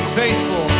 faithful